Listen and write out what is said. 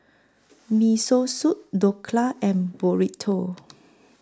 Miso Soup Dhokla and Burrito